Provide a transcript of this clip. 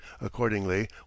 Accordingly